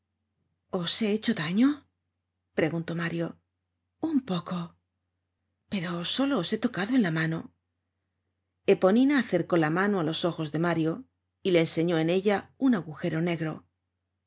os he hecho daño preguntó mario un poco pero solo os he tocado en la mano eponina acercó la mano á los ojos de mario y le enseñó en ella un agujero negro